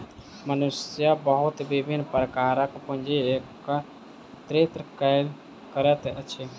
मनुष्य बहुत विभिन्न प्रकारक पूंजी एकत्रित करैत अछि